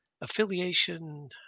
affiliation